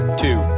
two